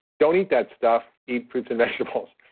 don't eat that stuff. eat fruits and vegetables,